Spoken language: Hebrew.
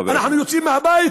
אנחנו יוצאים מהבית,